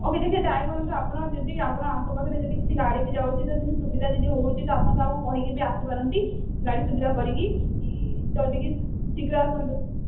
okay ଦେଖି try କରନ୍ତୁ ଆପଣ ଯଦି ଆପଣ ଆଖ ପାଖରେ ଯଦି କିଛି ଗାଡ଼ି ବି ଯାଉଛି ଯଦି ସୁବିଧା ଯଦି ହେଉଛି ତ ଆପଣ କାହାକୁ କହିକି ବି ଆସିପାରନ୍ତି ଗାଡ଼ି ସୁବିଧା କରିକି ଯଦି କି ଶୀଘ୍ର ଆସନ୍ତୁ